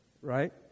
right